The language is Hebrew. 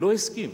לא הסכים.